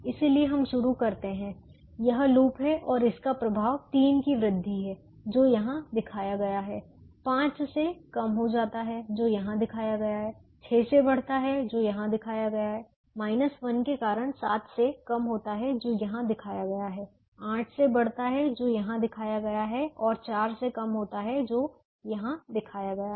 इसलिए हम शुरू करते हैं यह लूप है और इसका प्रभाव 3 की वृद्धि है जो यहां दिखाया गया है 5 से कम हो जाता है जो यहां दिखाया गया है 6 से बढ़ता है जो यहां दिखाया गया है 1 के कारण 7 से कम होता है जो यहाँ दिखाया गया है 8 से बढ़ता है जो यहाँ दिखाया गया है और 4 से कम होता है जो यहाँ दिखाया गया है